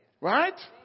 Right